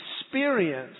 experience